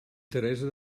teresa